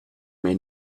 may